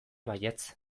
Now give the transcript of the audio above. baietz